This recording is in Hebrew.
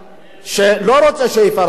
שלא רוצים שיפרסמו את שמו,